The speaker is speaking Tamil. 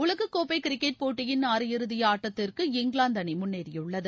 உலகக்கோப்பை கிரிக்கெட் போட்டியின் அரையிறுதி ஆட்டத்திற்கு இங்கிலாந்து அணி முன்னேறியுள்ளது